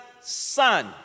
Son